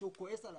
כשהוא כועס עליו,